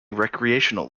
recreational